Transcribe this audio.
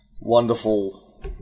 wonderful